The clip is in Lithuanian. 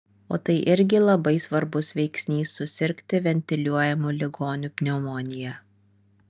o tai irgi labai svarbus veiksnys susirgti ventiliuojamų ligonių pneumonija